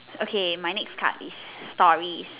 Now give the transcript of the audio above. okay my next card is stories